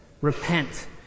repent